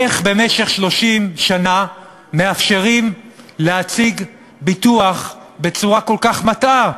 איך במשך 30 שנה מאפשרים להציג ביטוח בצורה כל כך מטעה?